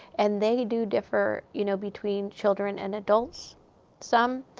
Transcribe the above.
and they do differ, you know, between children and adults some.